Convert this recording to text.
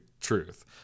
truth